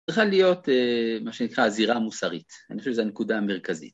צריכה להיות, מה שנקרא הזירה מוסרית. אני חושב שזה הנקודה המרכזית.